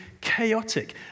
chaotic